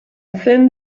thin